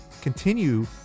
continue